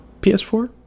PS4